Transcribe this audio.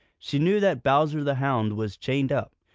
she knew that bowser the hound was chained up.